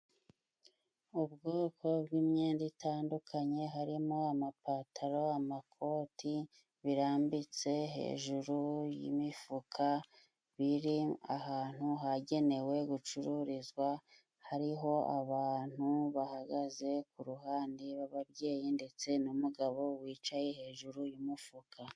Ubwoko bw'imyenda itandukanye harimo: amapatalo, amakoti, birambitse hejuru y'imifuka. Biri ahantu hagenewe gucururizwa, hariho abantu bahagaze ku ruhande b'ababyeyi ndetse n'umugabo wicaye hejuru y'umufuka.